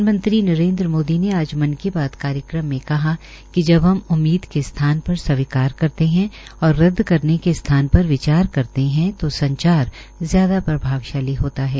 प्रधानमंत्री नरेन्द्र मोदी ने आज मन की बात कार्यक्रम में कहा कि जब हम उम्मीद के स्थान पर स्वीकार करते है और रद्द करने के सथान पर विचार करते है तो संचार ज्यादा प्रभावशाली होता है